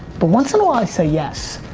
but once in awhile i say yes.